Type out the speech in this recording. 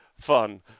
fun